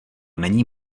není